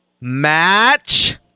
Match